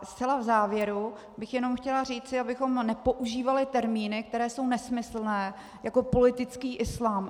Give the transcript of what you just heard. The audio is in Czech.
Zcela v závěru bych jenom chtěla říct, abychom nepoužívali termíny, které jsou nesmyslné, jako politický islám.